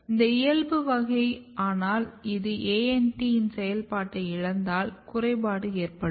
இது இயல்பு வகை ஆனால் இது ANT இன் செயல்பாட்டை இழந்தால் குறைபாடு ஏற்படும்